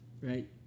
right